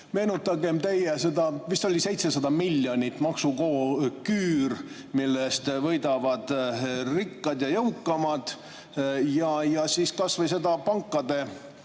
Meenutagem teie seda, vist oli 700 miljoni suurust maksuküüru, millest võidavad rikkad ja jõukamad, ja kas või pankade